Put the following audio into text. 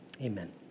Amen